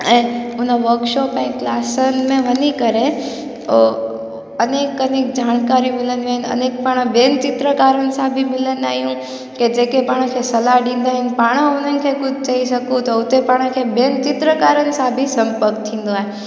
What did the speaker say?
ऐं उन वर्कशॉप ऐं क्लासनि में वञी करे अनेक अनेक जानकारियूं मिलंदियूं आहिनि अनेक अनेक पाण बेल चित्रकारियुनि सां बि मिलंदा आहियूं की जेके पाण सलाहु ॾींदा आहियूं पाण उन्हनि खे कुझु चई सघो त हुते पाण खे ॿियनि चित्रकारनि सां बि संभव थींदो आहे